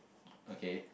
okay